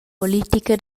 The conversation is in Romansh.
politica